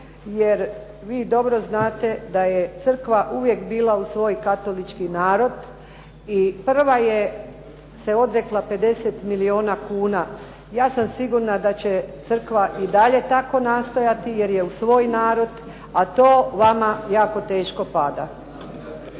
jer vi dobro znate da je crkva uvijek bila uz svoj katolički narod i prva se odrekla 50 milijuna kuna. Ja sam sigurna da će crkva i dalje tako nastojati, jer je uz svoj narod, a to vama jako teško pada.